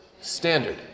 Standard